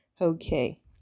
Okay